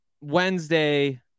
wednesday